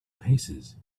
paces